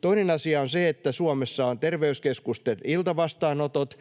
Toinen asia on se, että Suomessa on terveyskeskusten iltavastaanotot